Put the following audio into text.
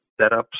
setups